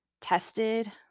tested